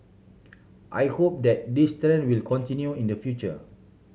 I hope that this tend will continue in the future